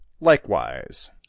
likewise